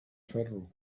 ferro